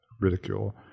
ridicule